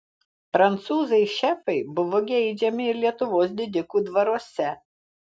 prancūzai šefai buvo geidžiami ir lietuvos didikų dvaruose